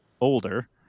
older